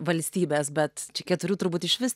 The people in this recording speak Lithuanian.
valstybės bet čia keturių turbūt išvis